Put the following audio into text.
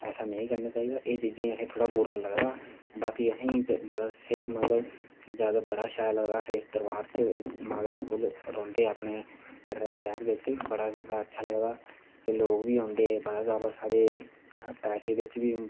एह् नेईं करना चाही दा एह् चीजें गी थोह्ड़ा बुरा लगदा बाकी असेंगी बड़ा स्हेई मतलव जादा बड़ा सैल लगदा इस दरवार लगदा इस दरवार च माता कोल रौंह्दे अपनै कटरा सैह्र बिच्च बड़ा अच्छा लगदा ते लोग बी औंदे बड़ा जादा साढ़े पैसे बिच्च बी